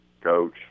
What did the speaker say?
coach